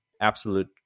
absolute